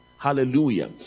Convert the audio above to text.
Hallelujah